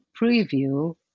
preview